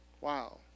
Wow